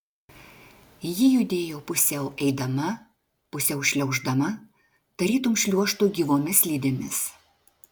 ji judėjo pusiau eidama pusiau šliauždama tarytum šliuožtų gyvomis slidėmis